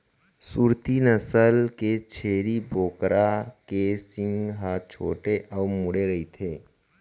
सूरती नसल के छेरी बोकरा के सींग ह छोटे अउ मुड़े रइथे